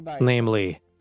namely